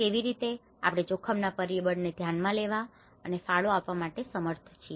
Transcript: કેવી રોતે આપણે જોખમ ના પરિબળ ને ધ્યાન માં લેવા અને ફાળો આપવા સમર્થ છીએ